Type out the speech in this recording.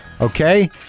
Okay